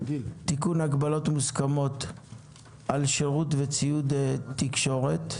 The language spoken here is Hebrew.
(תיקון הגבלות מוסכמות על שירות וציוד תקשורת),